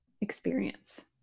experience